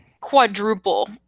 quadruple